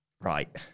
Right